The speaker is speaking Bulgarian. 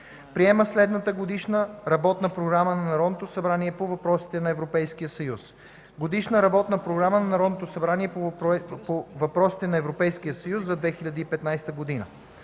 Приема следната Годишна работна програма на Народното събрание по въпросите на Европейския съюз (2015 г.):